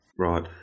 Right